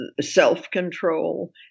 self-control